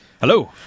Hello